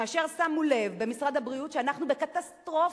כאשר שמו לב במשרד הבריאות שאנחנו בקטסטרופה